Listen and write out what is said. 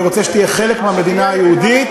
אני רוצה מדינה יהודית,